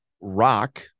rock